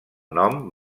nom